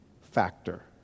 factor